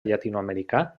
llatinoamericà